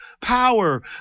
power